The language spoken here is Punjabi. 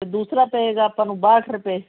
ਤੇ ਦੂਸਰਾ ਪਏਗਾ ਆਪਾਂ ਨੂੰ ਬਾਹਟ ਰੁਪਏ